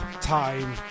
Time